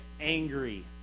angry